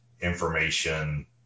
information